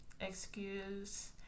Excuse